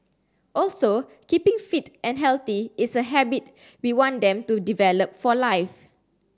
also keeping fit and healthy is a habit we want them to develop for life